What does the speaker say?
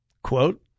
Quote